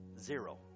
Zero